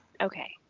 Okay